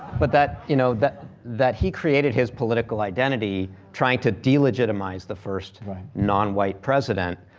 but that, you know that that he created his political identity trying to delegitimize the first non-white president.